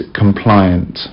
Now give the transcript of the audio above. compliant